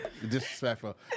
disrespectful